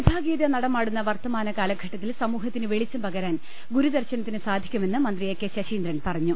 വിഭാഗീയത നടമാടുന്ന വർത്തമാന കാലഘട്ടത്തിൽ സമൂഹത്തിന് വെളിച്ചം പകരാൻ ഗുരുദർശനത്തിന് സാധിക്കുമെന്ന് മന്ത്രി എ കെ ശശീന്ദൻ പറഞ്ഞു